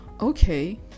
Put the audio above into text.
okay